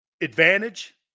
Advantage